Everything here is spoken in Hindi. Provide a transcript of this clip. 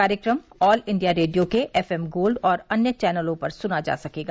कार्यक्रम ऑल इंडिया रेडियो के एफ एम गोल्ड और अन्य चैनलों पर सुना जा सकेगा